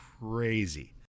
crazy